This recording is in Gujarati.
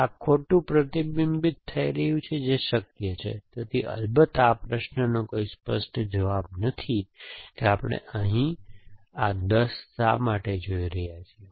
આ ખોટું પ્રતિબિંબિત થઈ રહ્યું છે જે શક્ય છે તેથી અલબત્ત આ પ્રશ્નનો કોઈ સ્પષ્ટ જવાબ નથી કે આપણે અહીં આ 10 શા માટે જોઈ રહ્યા છીએ